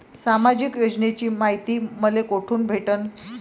सामाजिक योजनेची मायती मले कोठून भेटनं?